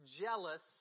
jealous